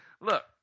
look